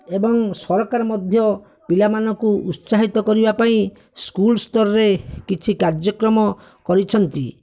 ଏ ଏବଂ ସରକାର ମଧ୍ୟ ପିଲାମାନଙ୍କୁ ଉତ୍ସାହିତ କରିବା ପାଇଁ ସ୍କୁଲ୍ ସ୍ତରରେ କିଛି କାର୍ଯ୍ୟକ୍ରମ କରିଛନ୍ତି